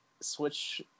Switch